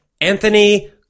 Anthony